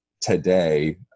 today